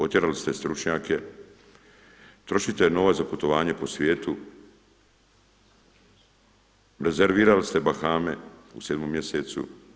Otjerali ste stručnjake, trošite novac za putovanje po svijetu, rezervirali ste Bahame u sedmom mjesecu.